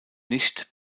nicht